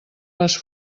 las